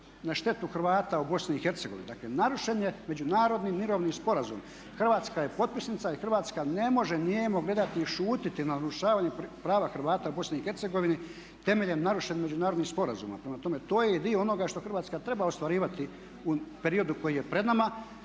na štetu Hrvata u BiH. Dakle, narušen je Međunarodni mirovni sporazum. Hrvatska je potpisnica i Hrvatska ne može nijemo gledati i šutjeti o narušavanju prava Hrvata u BiH temeljem narušenih međunarodnih sporazuma. Prema tome, to je dio onoga što Hrvatska treba ostvarivati u periodu koji je pred nama,